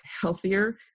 healthier